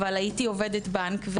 אבל הייתי עובדת בנק,